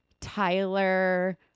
Tyler